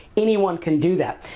anyone can do that.